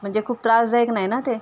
म्हणजे खूप त्रासदायक नाही ना ते